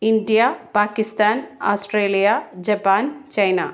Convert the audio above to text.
India Pakistan Australia Japan China